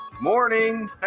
morning